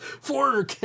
Foreigner